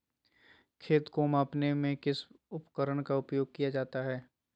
खेत को मापने में किस उपकरण का उपयोग किया जाता है?